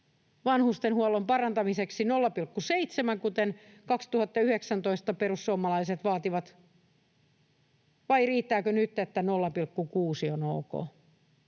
vanhustenhuollon parantamiseksi 0,7, kuten 2019 perussuomalaiset vaativat, vai riittääkö nyt, että 0,6 on ok?